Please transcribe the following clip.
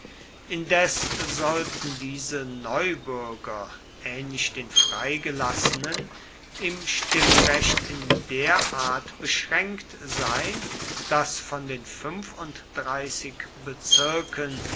indes sollten diese neubürger ähnlich den freigelassenen im stimmrecht in der art beschränkt sein daß von den fünfunddreißig bezirken